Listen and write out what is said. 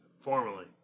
Formally